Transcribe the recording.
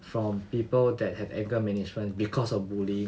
from people that have anger management because of bullying